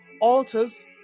altars